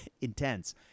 intense